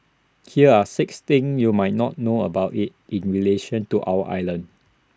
here are six things you might not know about IT in relation to our island